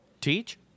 Teach